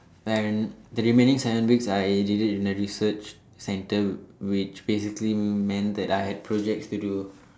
and the remaining seven weeks I did it in a research center which physically meant that I had projects to do